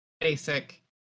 basic